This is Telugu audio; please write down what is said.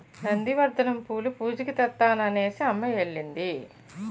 నంది వర్ధనం పూలు పూజకి తెత్తాను అనేసిఅమ్మ ఎల్లింది